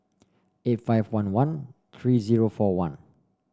eight five one one three zero four one